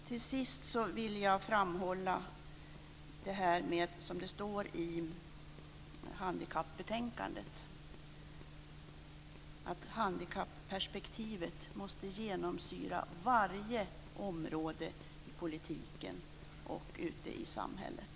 Till sist vill jag framhålla det som står i handikappbetänkandet, nämligen att handikapperspektivet måste genomsyra varje område i politiken och ute i samhället.